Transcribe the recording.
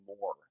more